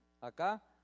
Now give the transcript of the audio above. acá